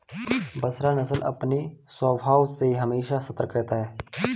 बसरा नस्ल अपने स्वभाव से हमेशा सतर्क रहता है